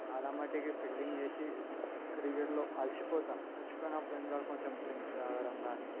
చాలా మట్టుకు ఫీల్డింగ్ చేసి క్రికెట్లో అలసిపోతాము అలసిపోయినప్పుడు ఏం చేయాలి కొంచెం డ్రింక్స్ త్రాగడం కానీ